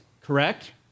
correct